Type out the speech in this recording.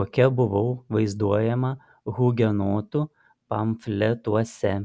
kokia buvau vaizduojama hugenotų pamfletuose